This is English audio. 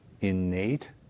innate